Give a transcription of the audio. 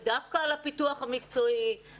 ודווקא על הפיתוח המקצועי,